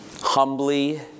humbly